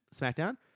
SmackDown